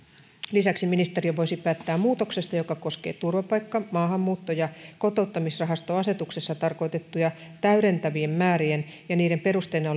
lisäksi ministeriö voisi päättää muutoksesta joka koskee turvapaikka maahanmuutto ja kotouttamisrahastoasetuksessa tarkoitettuja täydentävien määrien ja niiden perusteena